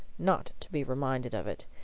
not to be reminded of it.